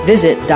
Visit